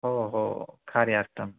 ओ हो कार्यार्थं